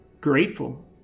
grateful